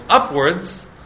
upwards